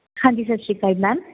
ਹਾਂਜੀ ਸਤਿ ਸ਼੍ਰੀ ਅਕਾਲ ਮੈਮ